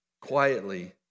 quietly